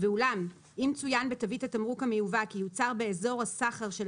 ואולם אם צוין בתווית התמרוק המיובא כי יוצר באזור הסחר של